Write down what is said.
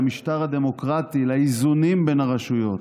למשטר הדמוקרטי, לאיזונים בין הרשויות,